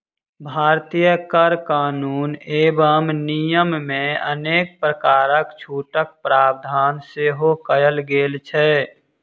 भारतीय कर कानून एवं नियममे अनेक प्रकारक छूटक प्रावधान सेहो कयल गेल छै